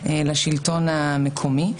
לשלטון המקומי.